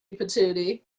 patootie